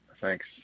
Thanks